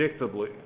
predictably